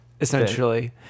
essentially